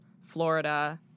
Florida